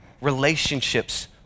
relationships